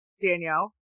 Danielle